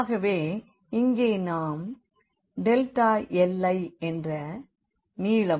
ஆகவே இங்கே நாம் li என்ற நீளம் வைத்திருக்கின்றோம்